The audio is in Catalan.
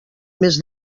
més